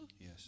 Yes